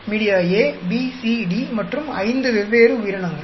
media A B C D மற்றும் ஐந்து வெவ்வேறு உயிரினங்கள்